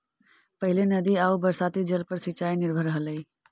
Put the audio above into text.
पहिले नदी आउ बरसाती जल पर सिंचाई निर्भर हलई